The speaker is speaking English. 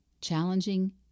challenging